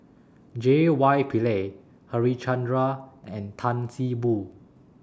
J Y Pillay Harichandra and Tan See Boo